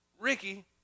Ricky